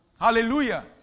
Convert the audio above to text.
Hallelujah